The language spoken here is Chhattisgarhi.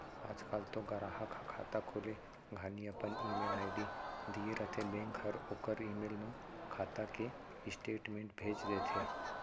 आज काल तो गराहक ह खाता खोले घानी अपन ईमेल आईडी दिए रथें बेंक हर ओकर ईमेल म खाता के स्टेटमेंट भेज देथे